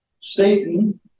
Satan